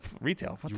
retail